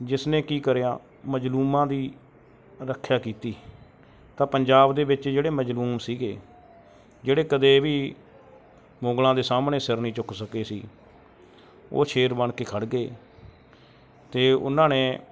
ਜਿਸ ਨੇ ਕੀ ਕਰਿਆ ਮਜ਼ਲੂਮਾਂ ਦੀ ਰੱਖਿਆ ਕੀਤੀ ਤਾਂ ਪੰਜਾਬ ਦੇ ਵਿੱਚ ਜਿਹੜੇ ਮਜ਼ਲੂਮ ਸੀਗੇ ਜਿਹੜੇ ਕਦੇ ਵੀ ਮੁਗਲਾਂ ਦੇ ਸਾਹਮਣੇ ਸਿਰ ਨਹੀਂ ਚੁੱਕ ਸਕੇ ਸੀ ਉਹ ਸ਼ੇਰ ਬਣ ਕੇ ਖੜ੍ਹ ਗਏ ਅਤੇ ਉਹਨਾਂ ਨੇ